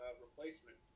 replacement